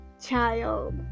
child